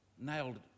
nailed